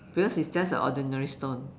because it's just an ordinary stone